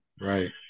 right